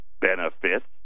benefits